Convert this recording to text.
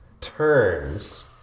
turns